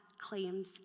claims